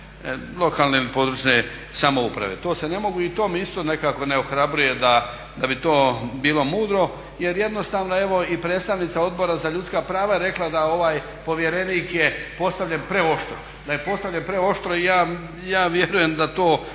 lokalne područne samouprave. To se ne mogu i to mi isto nekako ne ohrabruje da bi to bilo mudro jer jednostavno evo i predstavnica Odbora za ljudska prava rekla je da ovaj povjerenik je postavljen preoštro, da je postavljen preoštro i ja vjerujem da to